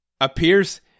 appears